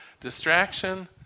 Distraction